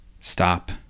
stop